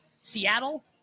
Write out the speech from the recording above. Seattle